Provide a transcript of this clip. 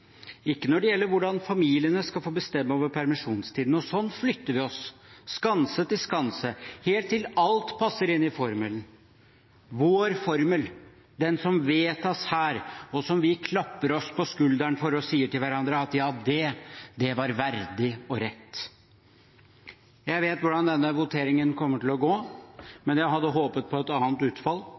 ikke når det gjelder hvordan familiene skal få bestemme over permisjonstiden. Sånn flytter vi oss fra skanse til skanse, helt til alt passer inn i formelen – vår formel, den som vedtas her, og som vi klapper oss på skulderen for og sier til hverandre at ja, det var verdig og rett. Jeg vet hvordan denne voteringen kommer til å gå, men jeg hadde håpet på et annet utfall.